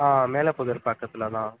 ஆ Melapudur பக்கத்தில் தான்